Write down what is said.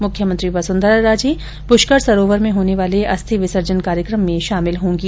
मुख्यमंत्री वसुंधरा राजे पुष्कर सरोवर में होने वाले अस्थि विसर्जन कार्यक्रम में शामिल हो गी